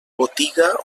botiga